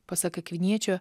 pasak akviniečio